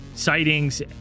Sightings